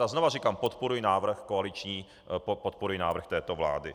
A znova říkám: podporuji návrh koaliční, podporuji návrh této vlády.